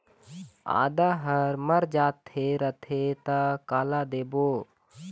आदा हर मर जाथे रथे त काला देबो?